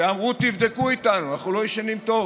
ואמרו: תבדקו איתנו, אנחנו לא ישנים טוב.